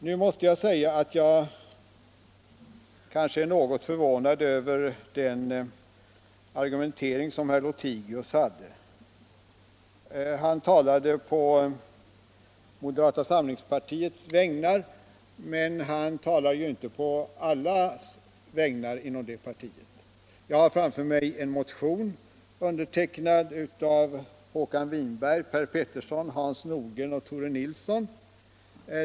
Nu måste jag säga att jag är något förvånad över den argumentering som herr Lothigius förde. Han talade på moderata samlingspartiets vägnar, men han talade tydligen inte på allas vägnar inom detta parti. Jag har framför mig en motion, undertecknad av Håkan Winberg, Per Petersson, Hans Nordgren och Tore Nilsson.